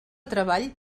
treball